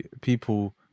people